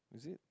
is it